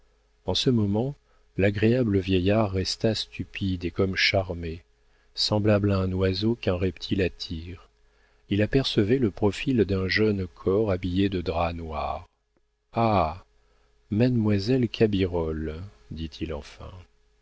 en ce moment l'agréable vieillard resta stupide et comme charmé semblable à un oiseau qu'un reptile attire il apercevait le profil d'un jeune corps habillé de drap noir ah mademoiselle cabirolle dit-il enfin